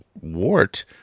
Wart